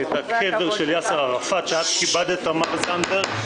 את הקבר של יאסר ערפאת, שאת כיבדת תמר זנדברג.